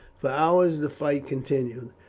for hours the fight continued,